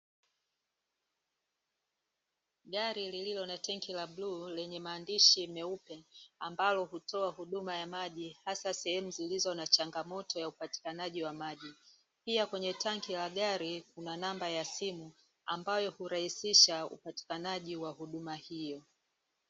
Gari lililo na tenki la bluu lenye maandishi myeupe ambalo hutoa huduma ya maji hasa sehemu zilizo na changamoto ya upatikanaji wa maji. Pia kwenye tenki la gari kuna namba ya simu ambayo hurahisisha upatikanaji wa huduma hiyo.